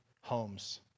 homes